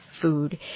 food